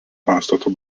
pastato